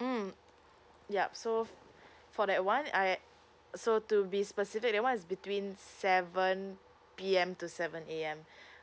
mm yup so for that [one] I so to be specific that [one] is between seven P_M to seven A_M